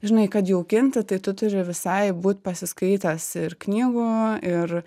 žinai kad jaukinti tai tu turi visai būt pasiskaitęs ir knygų ir